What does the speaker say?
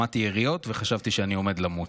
שמעתי יריות, וחשבתי שאני עומד למות.